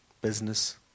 business